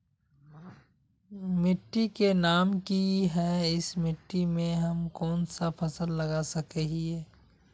मिट्टी के नाम की है इस मिट्टी में हम कोन सा फसल लगा सके हिय?